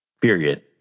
Period